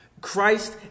Christ